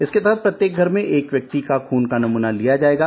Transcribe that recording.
इसके तहत प्रत्येक घर से एक व्यक्ति का खून का नमूना लिया जाएगा